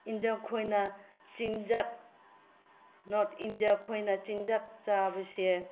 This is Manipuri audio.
ꯏꯟꯗꯤꯌꯥ ꯈꯣꯏꯅ ꯆꯤꯟꯖꯥꯛ ꯅꯣꯔꯠ ꯏꯟꯗꯤꯌꯥ ꯈꯣꯏꯅ ꯆꯤꯟꯖꯥꯛ ꯆꯥꯕꯁꯦ